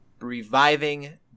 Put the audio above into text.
reviving